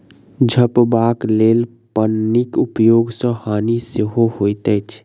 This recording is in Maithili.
झपबाक लेल पन्नीक उपयोग सॅ हानि सेहो होइत अछि